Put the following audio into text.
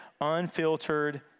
unfiltered